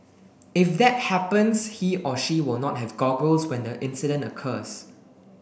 if that happens he or she will not have goggles when the incident occurs